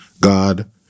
God